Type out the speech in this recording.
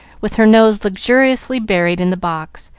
with her nose luxuriously buried in the box,